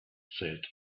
said